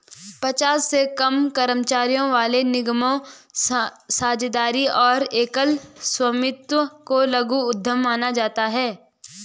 पचास से कम कर्मचारियों वाले निगमों, साझेदारी और एकल स्वामित्व को लघु उद्यम माना जाता है